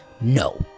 No